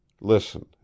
Listen